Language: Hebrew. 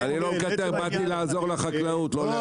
אני לא מקטר, באתי לעזור לחקלאות, לא לעצמי.